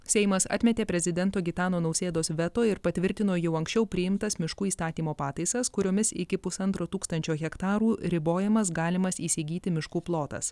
seimas atmetė prezidento gitano nausėdos veto ir patvirtino jau anksčiau priimtas miškų įstatymo pataisas kuriomis iki pusantro tūkstančio hektarų ribojamas galimas įsigyti miškų plotas